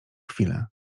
chwilę